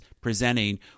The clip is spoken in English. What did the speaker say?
presenting